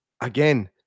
again